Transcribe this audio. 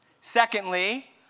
Secondly